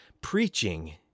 preaching